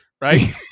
Right